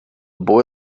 boy